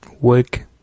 work